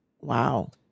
Wow